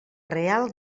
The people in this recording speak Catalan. real